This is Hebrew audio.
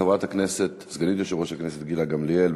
חברת הכנסת וסגנית יושב-ראש הכנסת גילה גמליאל,